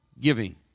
giving